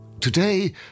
Today